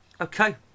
Okay